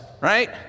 right